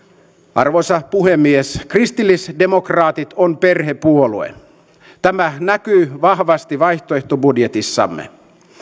arvoisa puhemies kristillisdemokraatit ovat perhepuolue tämä näkyy vahvasti vaihtoehtobudjetissamme